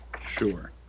Sure